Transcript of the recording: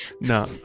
No